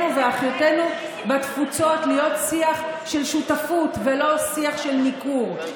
ואחיותינו בתפוצות להיות שיח של שותפות ולא שיח של ניכור.